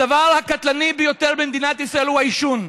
הדבר הקטלני ביותר במדינת ישראל הוא העישון.